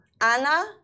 Anna